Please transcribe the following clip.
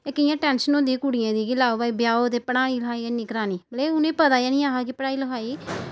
इक इ'यां टैंशन होंदी ही कुड़ियें दी कि लाओ भाई ब्याहो ते पढ़ाई लखाई हैन्नी करानी मतलब कि उ'नें गी पता गै निं हा कि पढ़ाई लखाई